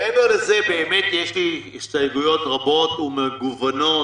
מעבר לזה יש לי הסתייגויות רבות ומגוונות.